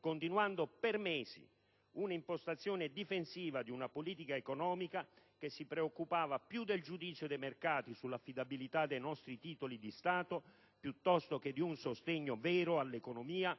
continuando per mesi una impostazione difensiva di una politica economica che si preoccupava più del giudizio dei mercati sull'affidabilità dei nostri titoli di stato che di un sostegno vero all'economia